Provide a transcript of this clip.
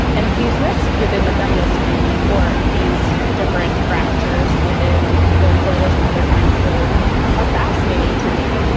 and these rifts within the feminist movement or these different fractures within the coalition that they're trying to build are fascinating to me.